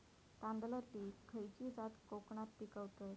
तांदलतली खयची जात कोकणात पिकवतत?